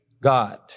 God